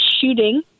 shooting